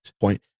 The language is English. point